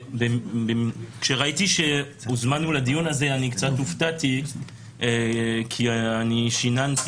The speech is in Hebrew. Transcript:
כשראיתי שהוזמנו לדיון הזה אני קצת הופתעתי כי אני שיננתי